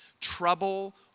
trouble